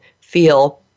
feel